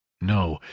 no,